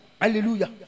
hallelujah